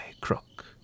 crook